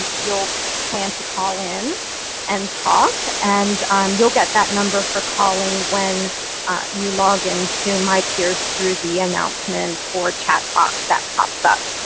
you'll plan to call in and talk, and you'll get that number for calling when you log in to mypeers through the announcement or chat box that pops up.